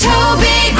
Toby